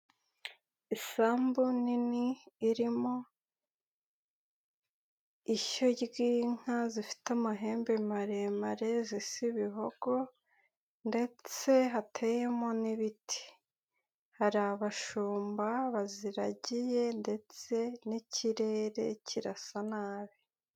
Isambu nini irimo ishyo ry'inka zifite amahembe maremare zisa ibihogo ndetse hateyemo n'ibiti. Hari abashumba baziragiye ndetse n'ikirere kirasa nabi.